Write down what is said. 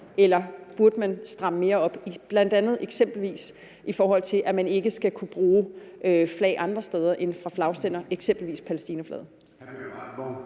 Eller burde man stramme mere op, bl.a. i forhold til at man ikke skal kunne bruge flag andre steder end fra flagstænger, eksempelvis Palæstinaflaget?